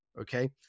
okay